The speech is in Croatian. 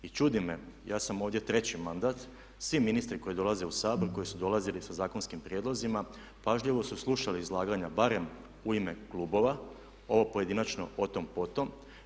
I čudi me, ja sam ovdje treći mandat, svi ministri koji dolaze u Sabor i koji su dolazili sa zakonskim prijedlozima pažljivo su slušali izlaganja barem u ime klubova, ovo pojedinačno o tom potom.